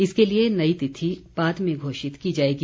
इसके लिए नई तिथि बाद में घोषित की जाएगी